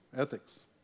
ethics